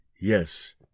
Yes